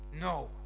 No